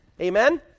Amen